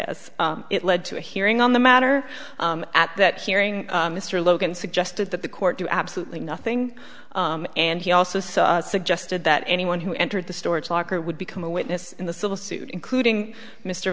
as it led to a hearing on the matter at that hearing mr logan suggested that the court do absolutely nothing and he also saw suggested that anyone who entered the storage locker would become a witness in the civil suit including mr